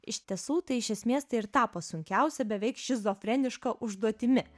iš tiesų tai iš esmės tai ir tapo sunkiausia beveik šizofreniška užduotimi